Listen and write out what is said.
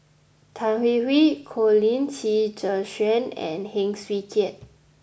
Tan Hwee Hwee Colin Qi Zhe Quan and Heng Swee Keat